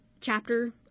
chapter